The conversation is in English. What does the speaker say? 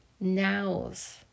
now's